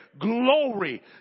Glory